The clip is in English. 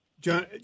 John